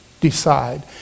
decide